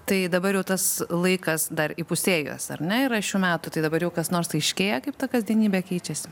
tai dabar jau tas laikas dar įpusėjęs ar ne yra šių metų tai dabar jau kas nors aiškėja kaip ta kasdienybė keičiasi